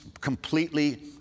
completely